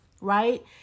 right